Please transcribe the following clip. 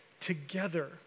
together